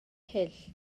hyll